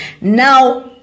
now